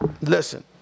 listen